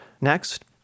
Next